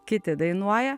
kiti dainuoja